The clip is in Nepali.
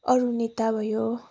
अरुणिता भयो